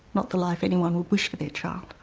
not the life anyone would wish for their child.